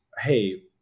hey